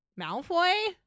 Malfoy